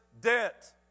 debt